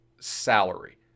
salary